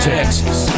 Texas